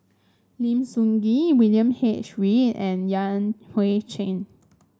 Lim Sun Gee William H Read and Yan Hui Chang